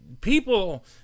people